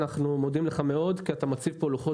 אנחנו מודים לך מאוד כי אתה מציב פה לוחות